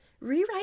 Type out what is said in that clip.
Rewrite